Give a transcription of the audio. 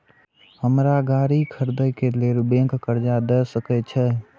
हमरा गाड़ी खरदे के लेल बैंक कर्जा देय सके छे?